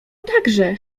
także